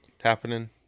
happening